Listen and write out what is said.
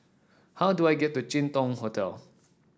how do I get to Jin Dong Hotel